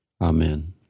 Amen